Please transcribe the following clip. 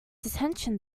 detention